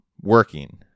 working